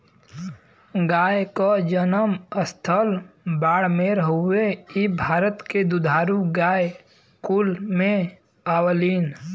गाय क जनम स्थल बाड़मेर हउवे इ भारत के दुधारू गाय कुल में आवलीन